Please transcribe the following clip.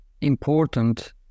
important